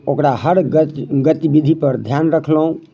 ओकरा हर गति गतिविधिपर ध्यान रखलहुँ